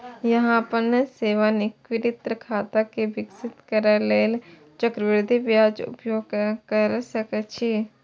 अहां अपन सेवानिवृत्ति खाता कें विकसित करै लेल चक्रवृद्धि ब्याजक उपयोग कैर सकै छी